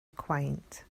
quaint